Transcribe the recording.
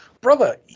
brother